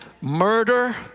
murder